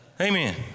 Amen